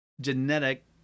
genetic